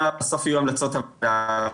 מה בסוף יהיו המלצות הוועדה,